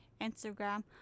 Instagram